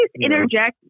interject